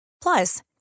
Plus